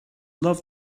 love